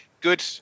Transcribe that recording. good